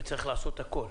וצריך לעשות הכול,